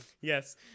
Yes